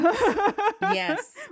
Yes